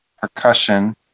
percussion